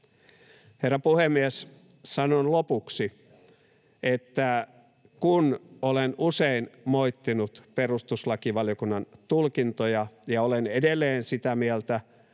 Herra puhemies! Sanon lopuksi, että kun olen usein moittinut perustuslakivaliokunnan tulkintoja ja olen edelleen sitä mieltä,